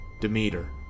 Demeter